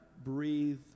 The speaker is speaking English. Breathe